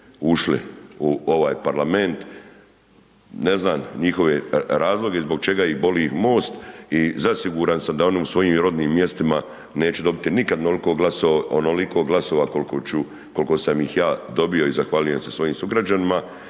ušli u ovaj Parlament, ne znam njihove razloge zbog čega ih boli MOST i zasiguran sam da oni u svojim rodnim mjestima neće dobiti nikad onoliko glasova koliko sam ih ja dobio i zahvaljujem se svojim sugrađanima